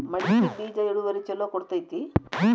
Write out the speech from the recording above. ಮಡಕಿ ಬೇಜ ಇಳುವರಿ ಛಲೋ ಕೊಡ್ತೆತಿ?